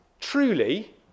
truly